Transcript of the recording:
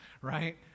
right